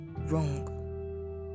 wrong